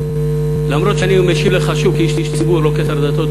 למרות שאני משיב לך כאיש ציבור ולא כשר הדתות,